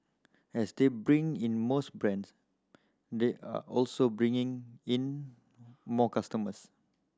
as they bring in more brands they are also bringing in more customers